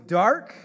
dark